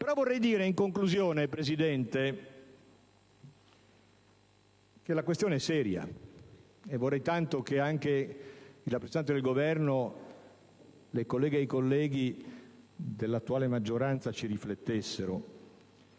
(*Segue* VITA). In conclusione, Presidente, la questione è seria e vorrei tanto che anche il rappresentante del Governo, le colleghe ed i colleghi dell'attuale maggioranza ci riflettessero.